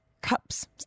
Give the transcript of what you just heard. cups